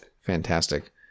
fantastic